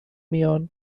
میان